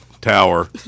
tower